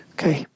Okay